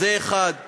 זה דבר אחד.